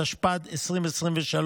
התשפ"ד 2023,